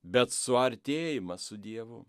bet suartėjimas su dievu